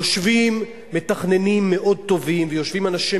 יושבים מתכננים מאוד טובים ויושבים אנשי